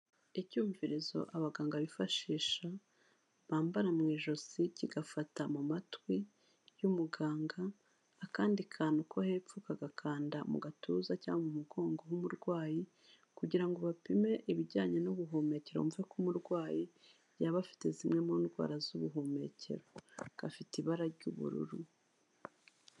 Icyumvirizo abaganga bifashisha bambara mu ijosi kigafata mu matwi y'umuganga, akandi kantu ko hepfo kagakanda mu gatuza cyangwa umugongo w'umurwayi kugira ngo bapime ibijyanye n'ubuhumekero bumve ko umurwayi yaba afite zimwe mu ndwara z'ubuhumekero. Gafite ibara ry'ubururu.